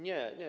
Nie, nie.